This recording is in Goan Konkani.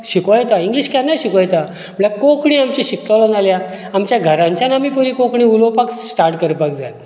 शिको येता इंग्लिश केन्नाय शिको येता म्हटल्यार कोंकणी आमची शिकतलो जाल्यार आमच्या घरांच्यान आमी पयलीं कोंकणी उलोवपाक स्टार्ट करपाक जाय